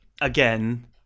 again